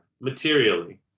materially